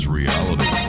reality